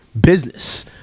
business